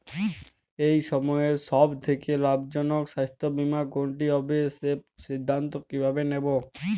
এই সময়ের সব থেকে লাভজনক স্বাস্থ্য বীমা কোনটি হবে সেই সিদ্ধান্ত কীভাবে নেব?